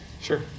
Sure